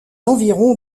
environs